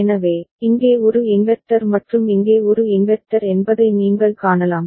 எனவே இங்கே ஒரு இன்வெர்ட்டர் மற்றும் இங்கே ஒரு இன்வெர்ட்டர் என்பதை நீங்கள் காணலாம்